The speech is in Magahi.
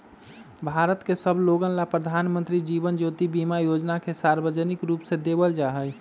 भारत के सब लोगन ला प्रधानमंत्री जीवन ज्योति बीमा योजना के सार्वजनिक रूप से देवल जाहई